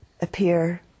appear